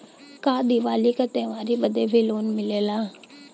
का दिवाली का त्योहारी बदे भी लोन मिलेला?